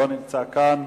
לא נמצא כאן.